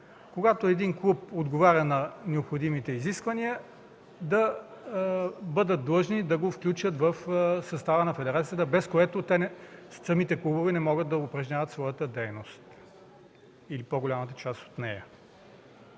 когато един клуб отговаря на необходимите изисквания, да бъдат длъжни да го включат в състава на федерацията, без което самите клубове не могат да упражняват своята дейност, или по-голямата част от нея.